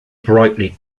brightly